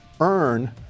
earn